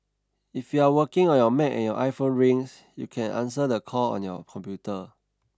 if you are working on your Mac and your iPhone rings you can answer the call on your computer